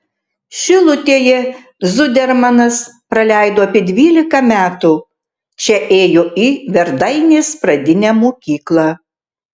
šilutėje zudermanas praleido apie dvylika metų čia ėjo į verdainės pradinę mokyklą